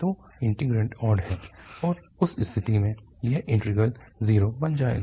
तो integrand odd है और उस स्थिति में इस इंटीग्रल 0 बन जाएगा